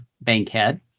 Bankhead